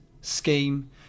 scheme